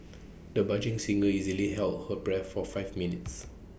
the budding singer easily held her breath for five minutes